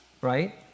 right